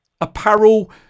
apparel